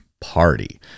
party